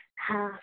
હા